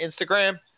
instagram